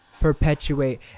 perpetuate